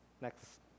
Next